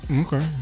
Okay